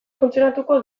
funtzionatuko